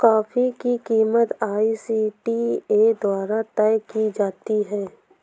coffee की कीमत ICTA द्वारा तय की जाती है